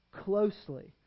closely